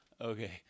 Okay